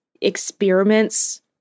experiments